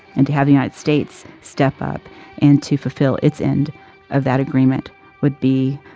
and to have the united states step up and to fulfill its end of that agreement would be